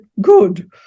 Good